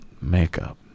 makeup